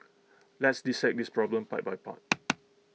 let's dissect this problem part by part